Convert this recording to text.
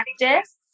practice